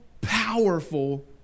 powerful